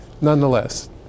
Nonetheless